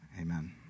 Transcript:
amen